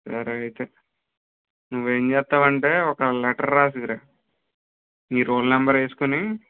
సరే అయితే నువ్వేం చేస్తావంటే ఒక లెటర్ రాసుకురా నీ రోల్ నెంబర్ వేస్కుని